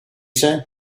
say